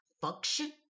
function